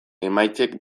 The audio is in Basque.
emaitzek